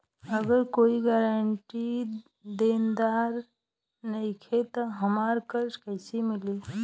अगर कोई गारंटी देनदार नईखे त हमरा कर्जा कैसे मिली?